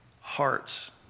hearts